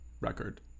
record